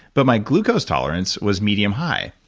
but my glucose tolerance was medium high,